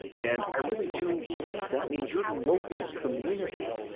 and i really do believe that means your local community.